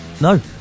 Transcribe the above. No